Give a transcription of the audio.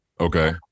Okay